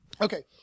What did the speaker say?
Okay